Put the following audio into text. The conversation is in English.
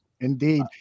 Indeed